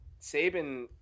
Saban